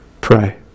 Pray